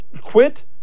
quit